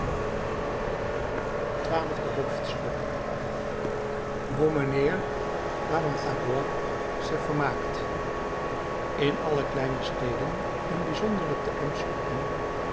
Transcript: twaalfde hoofdstuk hoe mijnheer bamatabois zich vermaakt in alle kleine steden en bijzonderlijk te m